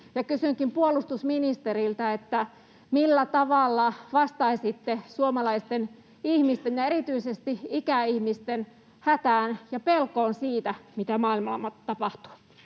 kysynkin puolustusministeriltä: millä tavalla vastaisitte suomalaisten ihmisten ja erityisesti ikäihmisten hätään ja pelkoon siitä, mitä maailmassa tapahtuu?